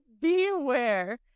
beware